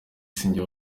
sinjye